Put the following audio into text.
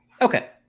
Okay